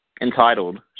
Entitled